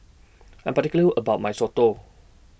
I Am particular about My Soto